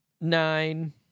nine